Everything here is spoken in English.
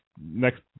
next